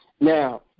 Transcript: Now